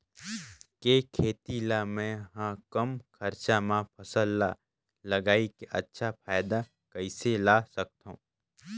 के खेती ला मै ह कम खरचा मा फसल ला लगई के अच्छा फायदा कइसे ला सकथव?